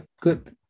Good